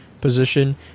position